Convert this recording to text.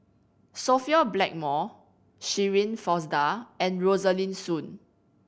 Sophia Blackmore Shirin Fozdar and Rosaline Soon